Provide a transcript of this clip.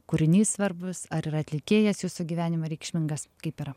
kūrinys svarbus ar ir atlikėjas jūsų gyvenime reikšmingas kaipyra